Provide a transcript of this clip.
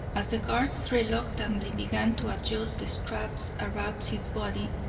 as the guards reluctantly began to adjust the straps about his body,